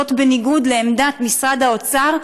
זאת בניגוד לעמדת משרד האוצר,